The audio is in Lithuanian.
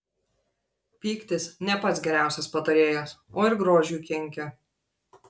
pyktis ne pats geriausias patarėjas o ir grožiui kenkia